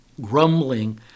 grumbling